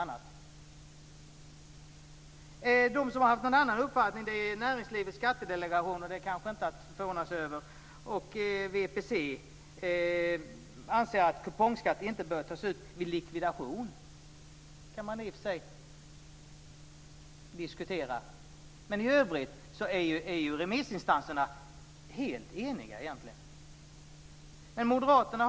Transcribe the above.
Näringslivets skattedelegation har haft en annan uppfattning; det är kanske inte något att förvåna sig över. Och VPC anser att kupongskatt inte bör tas ut vid likvidation. Det kan man i och för sig diskutera. Men i övrigt är remissinstanserna egentligen helt eniga.